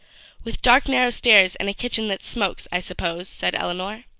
with dark narrow stairs and a kitchen that smokes, i suppose, said elinor.